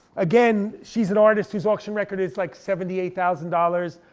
again, she's an artist whose auction record is like seventy eight thousand dollars.